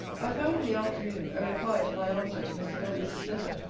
i found in the afternoon a reply to my answer to mr. lovelace's letter.